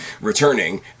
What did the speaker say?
returning